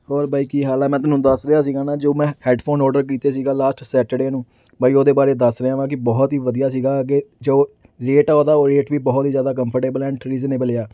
ਹੋਰ ਬਾਈ ਕੀ ਹਾਲ ਹੈ ਮੈਂ ਤੈਨੂੰ ਦੱਸ ਰਿਹਾ ਸੀਗਾ ਨਾ ਜੋ ਮੈਂ ਹੈੱਡਫੋਨ ਔਡਰ ਕੀਤੇ ਸੀਗਾ ਲਾਸਟ ਸੈਟਰਡੇ ਨੂੰ ਬਾਈ ਉਹਦੇ ਬਾਰੇ ਦੱਸ ਰਿਹਾ ਹਾਂ ਕਿ ਬਹੁਤ ਹੀ ਵਧੀਆ ਸੀਗਾ ਅੱਗੇ ਜੋ ਰੇਟ ਆ ਉਹਦਾ ਉਹ ਰੇਟ ਵੀ ਬਹੁਤ ਹੀ ਜ਼ਿਆਦਾ ਕੰਫਰਟੇਬਲ ਐਂਡ ਰੀਜਨੇਬਲ ਆ